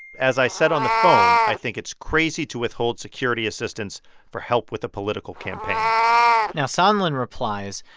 as i said on the phone, i think it's crazy to withhold security assistance for help with a political campaign now sondland replies,